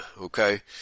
Okay